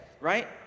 right